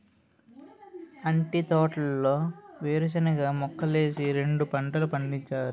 అంటి తోటలో వేరుశనగ మొక్కలేసి రెండు పంటలు పండించారు